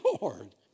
Lord